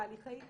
תהליכי איתור,